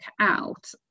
out